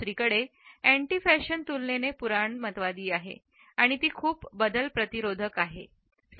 दुसरीकडे anti fashion तुलनेने पुराणमतवादी आहे आणि ती खूप बदलप्रतिरोधक आहे